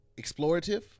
explorative